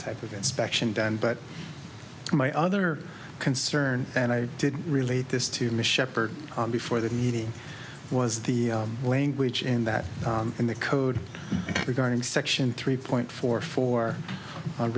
type of inspection done but my other concern and i didn't relate this to miss shepherd before the meeting was the language in that in the code regarding section three point four four